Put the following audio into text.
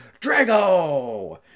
Drago